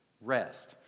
rest